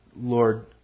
Lord